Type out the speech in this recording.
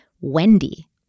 Wendy